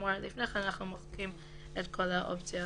כאמור לפני כן אנחנו מוחקים את האופציה